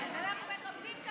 אז אנחנו מכבדים את הדת מתוך,